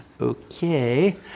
okay